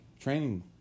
training